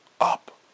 up